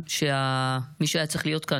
כנסת נכבדה,